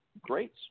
great